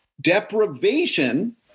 deprivation